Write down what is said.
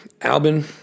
Albin